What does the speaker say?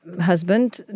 husband